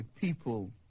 people